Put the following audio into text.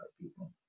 people